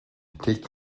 take